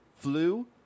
flu